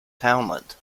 townland